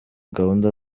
gahunda